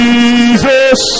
Jesus